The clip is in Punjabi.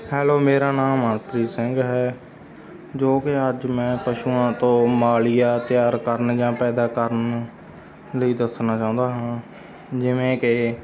ਹੈਲੋ ਮੇਰਾ ਨਾਮ ਮਨਪ੍ਰੀਤ ਸਿੰਘ ਹੈ ਜੋ ਕਿ ਅੱਜ ਮੈਂ ਪਸ਼ੂਆਂ ਤੋਂ ਮਾਲੀਆ ਤਿਆਰ ਕਰਨ ਜਾਂ ਪੈਦਾ ਕਰਨ ਲਈ ਦੱਸਣਾ ਚਾਹੁੰਦਾ ਹਾਂ ਜਿਵੇਂ ਕਿ